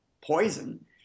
poison